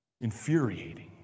infuriating